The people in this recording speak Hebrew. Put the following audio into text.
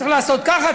צריך לעשות ככה,